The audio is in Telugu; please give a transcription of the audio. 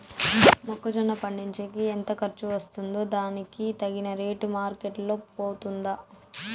మొక్క జొన్న పండించేకి ఎంత ఖర్చు వస్తుందో దానికి తగిన రేటు మార్కెట్ లో పోతుందా?